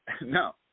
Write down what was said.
No